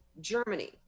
Germany